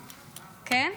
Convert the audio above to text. כן?